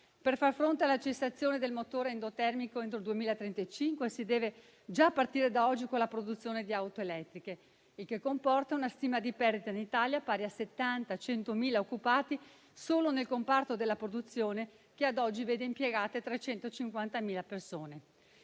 Per far fronte alla cessazione del motore endotermico entro 2035 si deve già partire da oggi con la produzione di auto elettriche, il che comporta una stima di perdita in Italia pari a 70.000-100.000 occupati solo nel comparto della produzione, che ad oggi vede impiegate 350.000 persone.